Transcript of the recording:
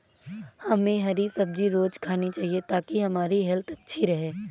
हमे हरी सब्जी रोज़ खानी चाहिए ताकि हमारी हेल्थ अच्छी रहे